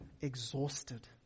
exhausted